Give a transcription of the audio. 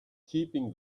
keeping